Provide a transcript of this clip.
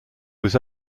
was